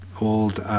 old